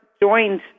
joined